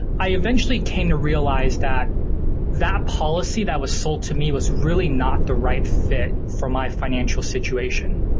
i eventually came to realize that that policy that was sold to me was really not the right fit for my financial situation.